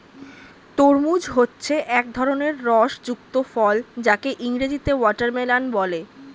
তরমুজ হচ্ছে এক ধরনের রস যুক্ত ফল যাকে ইংরেজিতে ওয়াটারমেলান বলে